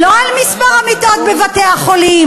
לא על מספר המיטות בבתי-החולים,